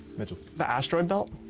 mitchell. the asteroid belt?